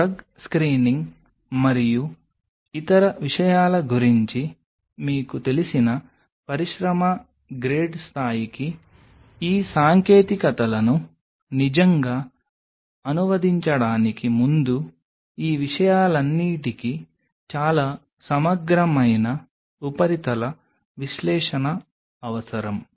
drug screening మరియు ఇతర విషయాల గురించి మీకు తెలిసిన పరిశ్రమ గ్రేడ్ స్థాయికి ఈ సాంకేతికతలను నిజంగా అనువదించడానికి ముందు ఈ విషయాలన్నింటికీ చాలా సమగ్రమైన ఉపరితల విశ్లేషణ అవసరం